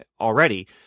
already